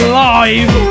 live